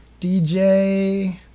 DJ